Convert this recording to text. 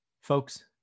Folks